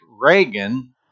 Reagan